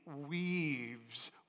weaves